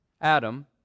Adam